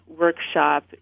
workshop